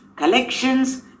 collections